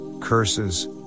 curses